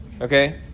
okay